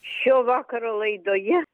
šio vakaro laidoje